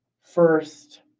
first